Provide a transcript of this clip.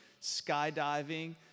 skydiving